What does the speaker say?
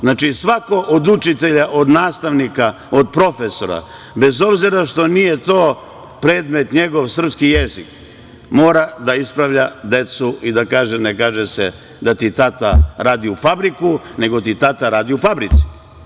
Znači, svako od učitelja, od nastavnika, od profesora, bez obzira što nije predmet njegov srpski jezik, mora da ispravlja decu i da kaže, ne kaže se da ti tata radi u fabriku, nego ti tata radi u fabrici.